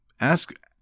Ask